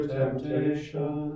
temptation